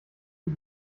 die